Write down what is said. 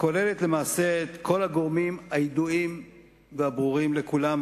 הכוללת למעשה את כל הגורמים הידועים והברורים לכולם,